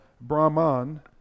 Brahman